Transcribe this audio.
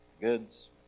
goods